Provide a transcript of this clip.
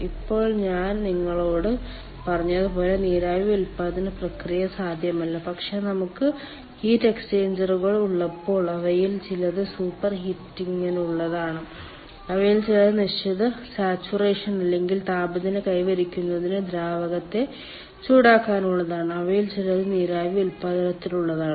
ഇപ്പോൾ ഞാൻ നിങ്ങളോട് പറഞ്ഞതുപോലെ നീരാവി ഉൽപാദന പ്രക്രിയ സാധ്യമല്ല പക്ഷേ നമുക്ക് ഹീറ്റ് എക്സ്ചേഞ്ചറുകൾ ഉള്ളപ്പോൾ അവയിൽ ചിലത് സൂപ്പർ ഹീറ്റിംഗിനുള്ളതാണ് അവയിൽ ചിലത് നിശ്ചിത സാച്ചുറേഷൻ അല്ലെങ്കിൽ താപനില കൈവരിക്കുന്നതിന് ദ്രാവകത്തെ ചൂടാക്കാനുള്ളതാണ് അവയിൽ ചിലത് നീരാവി ഉൽപാദനത്തിനുള്ളതാണ്